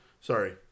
Sorry